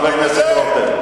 חבר הכנסת רותם?